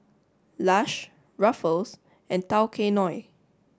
Lush Ruffles and Tao Kae Noi